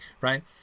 right